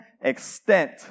extent